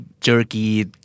jerky